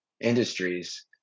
industries